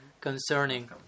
concerning